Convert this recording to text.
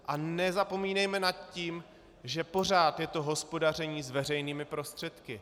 A nezapomínejme, že pořád je to hospodaření s veřejnými prostředky.